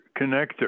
connector